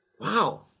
wow